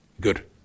Good